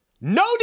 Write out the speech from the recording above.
no